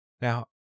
Now